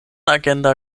agenda